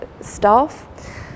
staff